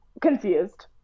confused